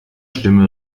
stimme